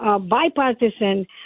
bipartisan